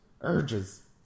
Urges